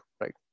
right